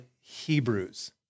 Hebrews